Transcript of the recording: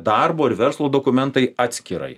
darbo ir verslo dokumentai atskirai